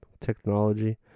technology